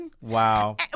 Wow